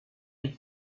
and